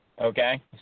okay